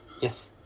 yes